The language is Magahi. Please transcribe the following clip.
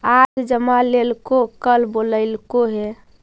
आज जमा लेलको कल बोलैलको हे?